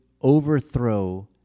overthrow